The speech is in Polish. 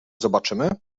zobaczymy